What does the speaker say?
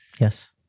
Yes